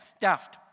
daft